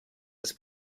his